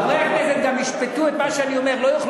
חברי הכנסת גם ישפטו את מה שאני אומר.